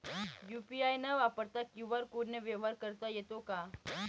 UPI न वापरता QR कोडने व्यवहार करता येतो का?